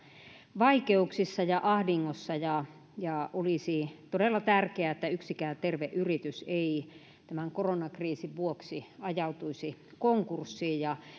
vaikeuksissa ja ahdingossa ja ja olisi todella tärkeää että yksikään terve yritys ei tämän koronakriisin vuoksi ajautuisi konkurssiin